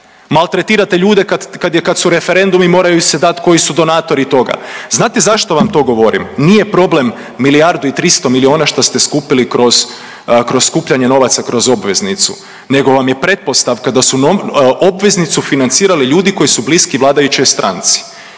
Maltretirate ljude kad su referendumi moraju se dat koji su donatori toga. Znate zašto vam to govorim, nije problem milijardu i 300 milijuna što ste skupili kroz skupljanje novaca kroz obveznicu nego vam je pretpostavka da su obveznicu financirali ljudi koji su bliski vladajućoj stranci